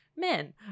men